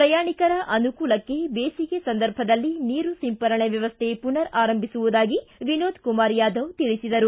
ಪ್ರಯಾಣಿಕರ ಅನುಕೂಲಕ್ಕೆ ಬೇಸಿಗೆ ಸಂದರ್ಭದಲ್ಲಿ ನೀರು ಸಿಂಪರಣೆ ವ್ಯವಸ್ಥೆ ಪುನರ್ ಆರಂಭಿಸುವುದಾಗಿ ವಿನೋದ ಕುಮಾರ ಯಾದವ್ ತಿಳಿಸಿದರು